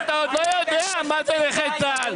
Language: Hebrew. אתה עוד לא יודע מה זה נכה צה"ל.